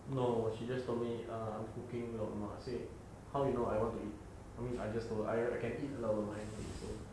no she just told me err cooking lauk lemak I say how you know I want to eat I just told I I can eat lauk lemak anything so